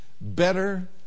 better